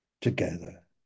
together